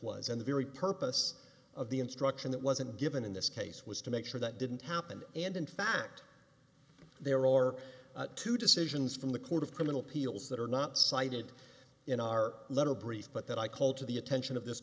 was and the very purpose of the instruction that wasn't given in this case was to make sure that didn't happen and in fact there are two decisions from the court of criminal appeals that are not cited in our letter brief but that i call to the attention of this